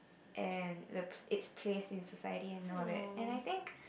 and the its place inside it and all that and I think